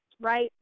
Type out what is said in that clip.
right